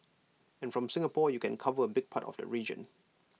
and from Singapore you can cover A big part of the region